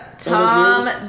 Tom